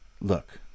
look